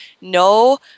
no